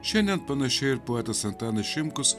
šiandien panašiai ir poetas antanas šimkus